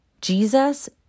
Jesus